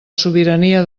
sobirania